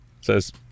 says